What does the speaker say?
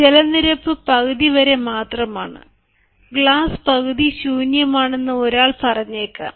ജലനിരപ്പ് പകുതി വരെ മാത്രമാണ് ഗ്ലാസ് പകുതി ശൂന്യമാണെന്ന് ഒരാൾ പറഞ്ഞേക്കാം